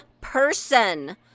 person